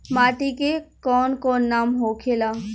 माटी के कौन कौन नाम होखे ला?